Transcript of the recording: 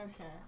Okay